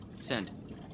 Send